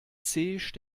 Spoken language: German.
stärkt